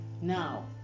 now